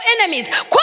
enemies